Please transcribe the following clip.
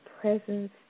presence